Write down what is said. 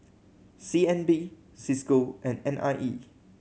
C N B Cisco and N I E